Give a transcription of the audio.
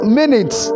minutes